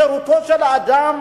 חירותו של האדם